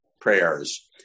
prayers